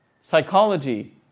psychology